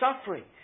suffering